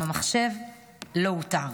אולם המחשב לא אותר.